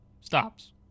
stops